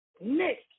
Nick